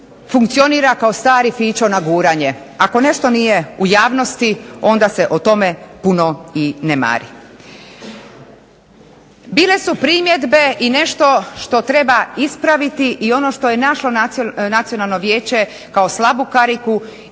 funkcionira kao stari fićo na guranje. Ako nešto nije u javnosti onda se o tome puno i ne mari. Bile su primjedbe i nešto što treba ispraviti i ono što je našlo Nacionalno vijeće kao slabu kariku